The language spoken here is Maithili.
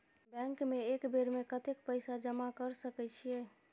बैंक में एक बेर में कतेक पैसा जमा कर सके छीये?